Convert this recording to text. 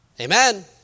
Amen